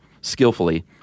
skillfully